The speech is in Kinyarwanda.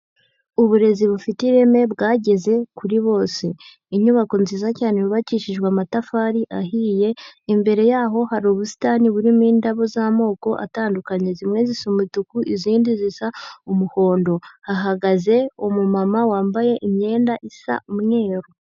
Uburezi bufite ireme bwageze kuri bose, inyubako nziza cyane yubakishijwe amatafari ahiye, imbere yaho hari ubusitani burimo indabo z'amoko atandukanye, zimwe zisa umutuku, izindi zisa umuhondo, hahagaze umumama wambaye imyenda isa umweru.